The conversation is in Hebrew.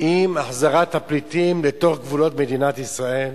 עם החזרת הפליטים לתוך גבולות מדינת ישראל?